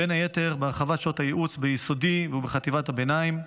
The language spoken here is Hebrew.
בין היתר בהרחבת שעות הייעוץ ביסודי ובחטיבת הביניים.